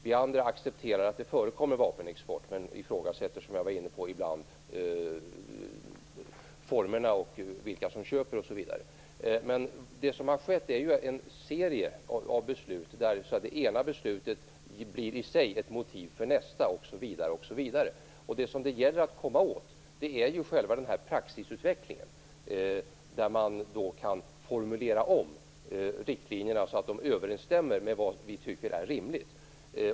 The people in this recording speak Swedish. Vi andra accepterar att det förekommer vapenexport men ifrågasätter ibland, som jag var inne på, formerna och vilka som köper osv. Det som har skett är en serie av beslut, där det ena beslutet i sig blir ett motiv för nästa osv., osv. Det som det gäller att komma åt är själva praxisutvecklingen, där man kan formulera om riktlinjerna så att de överensstämmer med vad vi tycker är rimligt.